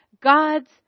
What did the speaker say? God's